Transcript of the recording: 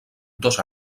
dos